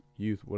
Youth